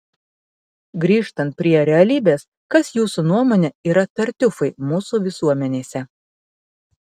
grįžtant prie realybės kas jūsų nuomone yra tartiufai mūsų visuomenėse